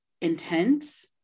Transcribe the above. intense